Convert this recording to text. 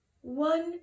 One